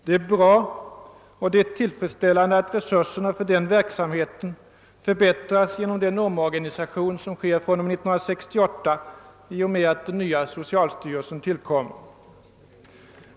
Det är bra och tillfredsställande att resurserna för den verksamheten förbättras genom den omorganisation som kommer att ske fr.o.m. 1968 i och med att den nya socialstyrelsen tillkommer.